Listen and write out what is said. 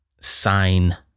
sign